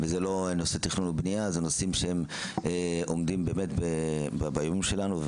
וזה לא נושאי תכנון ובנייה אלו נושאים שעומדים באמת ביומיום שלנו.